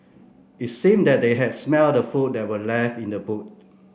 it seemed that they had smelt the food that were left in the boot